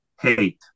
hate